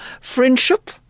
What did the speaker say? friendship